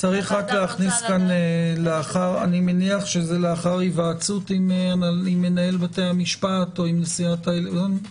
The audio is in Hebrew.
אני מניח שזה לאחר היועצות עם מנהל בית המשפט או עם נשיאת העליון?